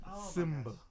Simba